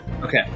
okay